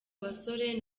basore